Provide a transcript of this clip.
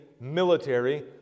military